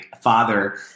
father